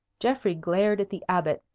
geoffrey glared at the abbot,